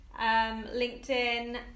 LinkedIn